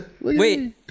wait